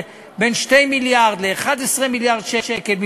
בין 2 מיליארד ל-11 מיליארד שקל,